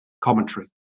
commentary